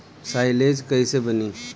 Silage कईसे बनी?